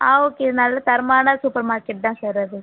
அ okay இது நல்ல தரமான சூப்பர் மார்க்கெட் தான் சார் அது